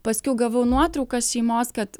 paskiau gavau nuotraukas šeimos kad